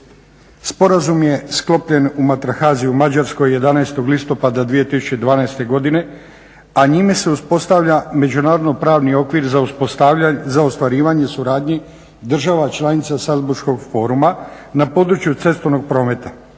Sporazum je sklopljen u Matrahaziju u Mađarskoj 11. listopada 2012. godine, a njime se uspostavlja međunarodno-pravni okvir za ostvarivanje suradnji država članica s Salzburgškog foruma na području cestovnog prometa